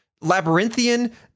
Labyrinthian